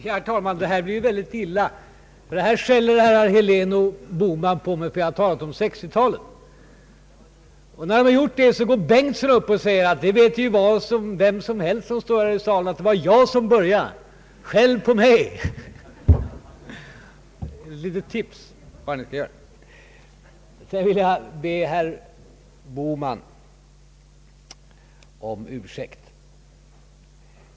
Herr talman! Det här utvecklar sig väldigt illa! Här skäller herrar Bohman och Helén på mig därför att jag talat om 1960-talet. Sedan går herr Bengtson upp och säger att alla här i salen vet att det var han som började tala om 1960-talet. Skäll på honom i stället! Det är bara ett litet tips. Sedan vill jag be herr Bohman om ursäkt.